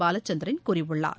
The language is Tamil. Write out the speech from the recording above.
பாலச்சந்திரன் கூறியுள்ளார்